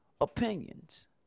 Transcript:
opinions